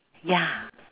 ya